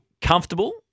comfortable